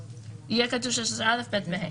יהיה כתוב 16(א), (ב) ו-(ה).